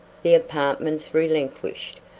the apartments relinquished,